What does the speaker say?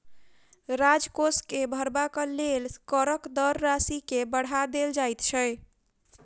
राजकोष के भरबाक लेल करक दर राशि के बढ़ा देल जाइत छै